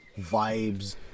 vibes